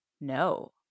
No